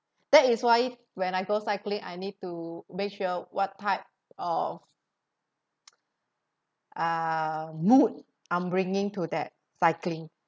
that is why when I go cycling I need to make sure what type of uh mood I'm bringing to that cycling